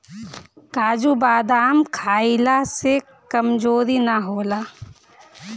काजू बदाम खइला से कमज़ोरी ना होला